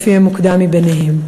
לפי המוקדם מביניהם.